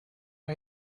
are